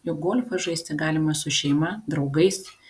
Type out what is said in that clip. juk golfą žaisti galima su šeima draugais